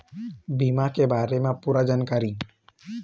बीमा के बारे म पूरा जानकारी?